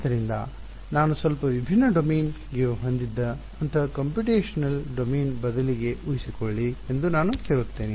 ಆದ್ದರಿಂದ ನಾನು ಸ್ವಲ್ಪ ವಿಭಿನ್ನ ಡೊಮೇನ್ ಹೊಂದಿದ್ದ ಅಂತಹ ಕಂಪ್ಯೂಟೇಶನಲ್ ಡೊಮೇನ್ ಬದಲಿಗೆ ಉಹಿಸಿಕೊಳ್ಳಿ ಎಂದು ಕೇಳುತ್ತೇನೆ